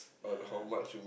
ya